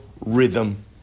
rhythm